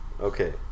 Okay